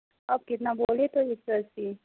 تو اب کتنا بولے تو ایک سو اسّی